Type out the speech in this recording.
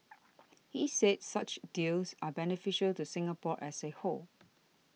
he said such deals are beneficial to Singapore as a whole